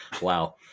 Wow